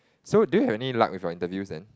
so do you have any luck with your interviews then